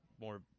more